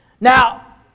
Now